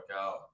out